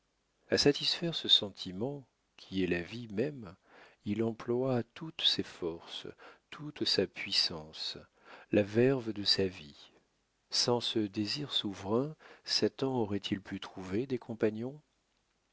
a satisfaire ce sentiment qui est la vie même il emploie toutes ses forces toute sa puissance la verve de sa vie sans ce désir souverain satan aurait-il pu trouver des compagnons